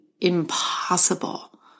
impossible